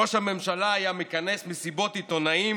ראש הממשלה היה מכנס מסיבות עיתונאים